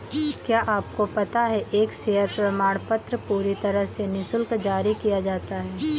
क्या आपको पता है एक शेयर प्रमाणपत्र पूरी तरह से निशुल्क जारी किया जाता है?